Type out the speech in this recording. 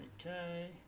Okay